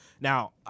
Now